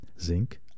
zinc